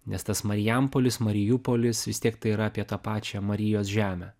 nes tas marijampolis mariupolis vis tiek tai yra apie tą pačią marijos žemę